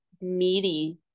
meaty